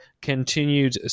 continued